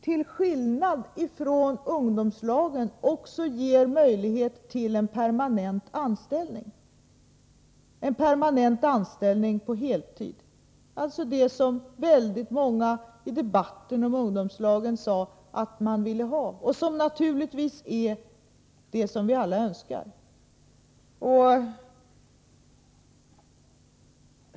Till skillnad från ungdomslagen ger detta också möjlighet till permanent anställning, på heltid. Det var ju det som så många i debatten om ungdomslagen sade att man ville ha, och naturligtvis är det vad vi alla önskar.